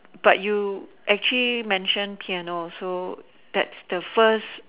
but you actually mentioned piano so that's the first